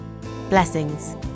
Blessings